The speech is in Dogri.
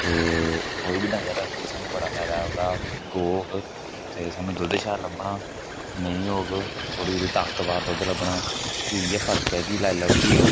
ते कोई बी डंगर रखगे सानूं बड़ फायदा ऐ ओह्दा कि गौ होग ते सानूं दुद्ध शैल लब्भना मेहीं होग थोह्ड़ी ओह्दी ताकतबार दुद्ध लब्भना इ'यै फर्क ऐ कि लाई लैओ कि